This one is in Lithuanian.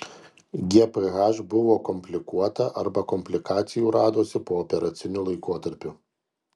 gph buvo komplikuota arba komplikacijų radosi pooperaciniu laikotarpiu